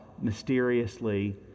mysteriously